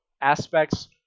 aspects